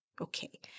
Okay